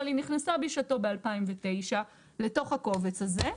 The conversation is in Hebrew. אבל היא נכנסה בשעתו ב-2009 לתוך הקובץ הזה.